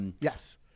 Yes